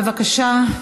בבקשה.